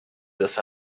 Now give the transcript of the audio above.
this